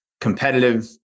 competitive